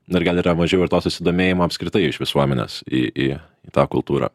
na ir gal yra mažiau ir to susidomėjimo apskritai iš visuomenės į į tą kultūrą